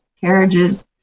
carriages